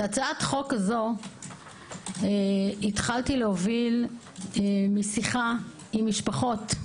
את הצעת החוק הזו התחלתי להוביל משיחה עם משפחות.